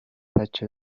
بچه